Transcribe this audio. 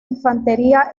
infantería